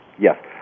Yes